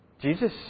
Jesus